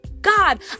God